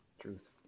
Truth